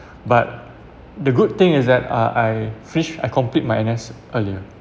but the good thing is that uh I finish I complete my N_S earlier